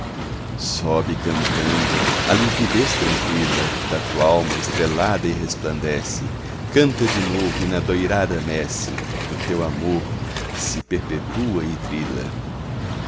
sobe cantando a limpidez tranqüila da tu'alma estrelada e resplandece canta de novo e na doirada messe do teu amor se perpetua e trila